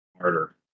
harder